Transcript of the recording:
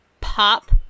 pop